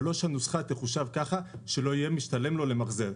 אבל לא שהנוסחה תחושב ככה שלא יהיה משלם לו למחזר,